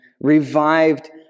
revived